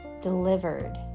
delivered